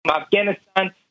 Afghanistan